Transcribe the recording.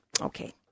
Okay